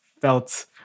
felt